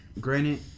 granted